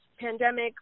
pandemic